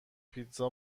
پیتزا